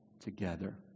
together